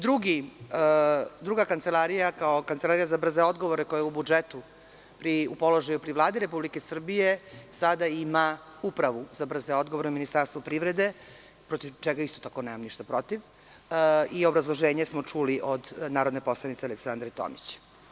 Druga kancelarija, kao Kancelarija za brze odgovore, koja je u budžetu u položaju pri Vladi Republike Srbije, sada ima upravu za brze odgovore u Ministarstvu privrede, protiv čega isto tako nemam ništa protiv i obrazloženje smo čuli od narodne poslanice Aleksandre Tomić.